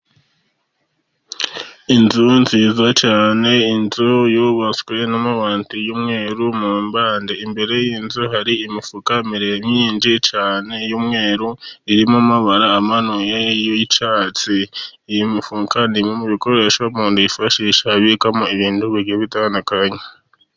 Inzu nziza cyane, inzu yubatswe n'amabati y'umweru mu mpande. Imbere y'inzu hari imifuka miremire myinshi cyane. Iy'umweru irimo amabara amanuye y'icyatsi. Iyo mifuka ni imwe mu bikoresho umuntu yifashisha abikamo ibintu bigiye bitandukanye.